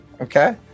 okay